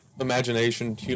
imagination